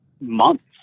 months